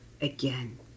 again